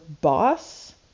boss